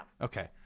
Okay